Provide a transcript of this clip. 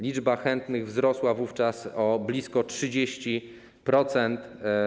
Liczba chętnych wzrosła wówczas o blisko 30%.